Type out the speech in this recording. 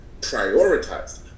prioritized